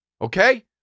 Okay